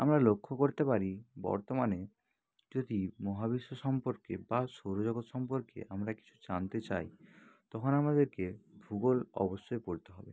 আমরা লক্ষ্য করতে পারি বর্তমানে যদি মহাবিশ্ব সম্পর্কে বা সৌরজগৎ সম্পর্কে আমরা কিছু জানতে চাই তখন আমাদেরকে ভূগোল অবশ্যই পড়তে হবে